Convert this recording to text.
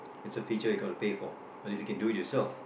it's a feature you got to pay for but if you can do it yourself